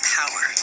power